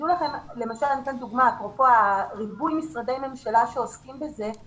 אני אתן דוגמה אפרופו ריבוי משרדי ממשלה שעוסקים בזה.